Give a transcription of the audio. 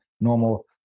normal